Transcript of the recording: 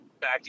back